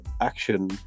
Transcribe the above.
action